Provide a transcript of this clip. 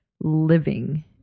living